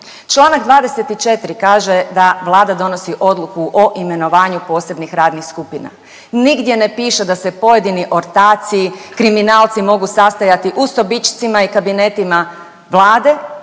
Članak 24. kaže da Vlada donosi odluku o imenovanju posebnih radnih skupina. Nigdje ne piše da se pojedini ortaci, kriminalci mogu sastajati u sobičcima i kabinetima Vlade